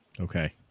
okay